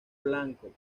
blanco